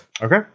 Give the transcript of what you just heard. Okay